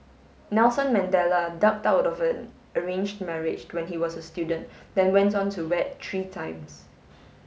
Nelson Mandela ducked out of an arranged marriage when he was a student then went on to wed three times